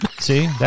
See